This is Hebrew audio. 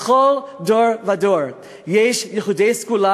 בכל דור ודור יש יחידי סגולה,